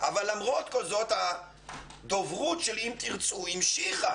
אבל למרות כל זאת הדוברות של "אם תרצו" המשיכה